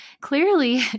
clearly